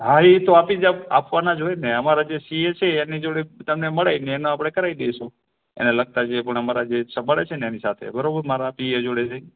હા ઇ તો આપી જા આપવાના જ હોય ને અમારે જે સી એ છે એની જોડે તમને મળાવીને એને આપણે કરાવી દઇશું એને લગતા જે પણ અમારા જે સંભાળે છે ને એની સાથે બરાબર મારા સી એ જોડેથી